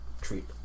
treat